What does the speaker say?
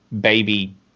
baby